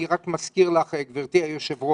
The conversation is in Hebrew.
אני רק מזכיר לך, גברתי היושבת ראש,